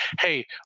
Hey